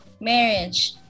marriage